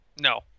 No